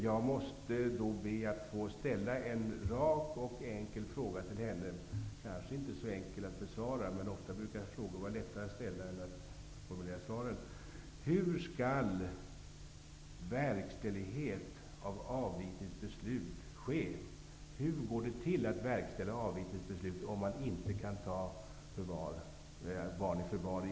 Jag måste då be att få ställa en rak och enkel fråga till henne. Den kanske inte är så enkel att besvara. Men det brukar vara lättare att ställa frågor än att besvra dem. Hur skall verkställighet av avvisningsbeslut kunna ske, om man inte i yttersta nödfall kan ta barn i förvar?